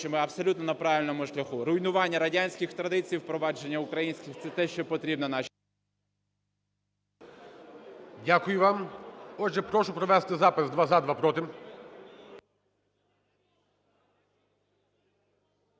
що ми абсолютно на правильному шляху. Руйнування радянських традицій, впровадження українських – це те, що потрібно нашій… ГОЛОВУЮЧИЙ. Дякую вам. Отже, прошу провести запис: два – за, два – проти.